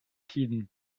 tiden